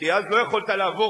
כי אז לא יכולת לעבור,